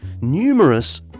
numerous